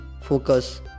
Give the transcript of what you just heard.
focus